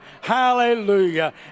Hallelujah